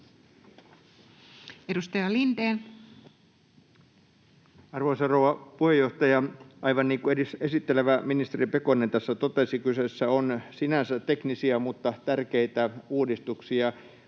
Content: Arvoisa rouva puheenjohtaja! Aivan niin kuin esittelevä ministeri Pekonen tässä totesi, kyseessä ovat sinänsä tekniset mutta tärkeät uudistukset,